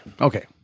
Okay